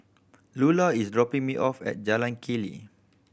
Lula is dropping me off at Jalan Keli